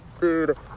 dude